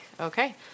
okay